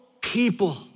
people